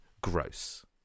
gross